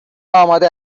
آماده